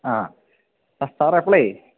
ആ അ സാറേ അപ്പോഴെ